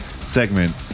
segment